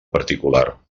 particular